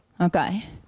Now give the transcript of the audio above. Okay